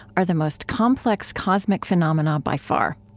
are the most complex cosmic phenomena by far.